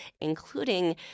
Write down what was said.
including